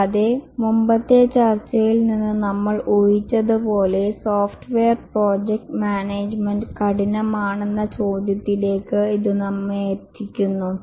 കൂടാതെ മുമ്പത്തെ ചർച്ചയിൽ നിന്ന് നമ്മൾ ഊഹിച്ചതുപോലെ സോഫ്റ്റ്വെയർ പ്രോജക്ട് മാനേജുമെന്റ് കഠിനമാണെന്ന ചോദ്യത്തിലേക്ക് ഇത് നമ്മെ എത്തിക്കുന്നു